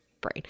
brain